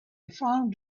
found